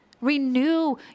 Renew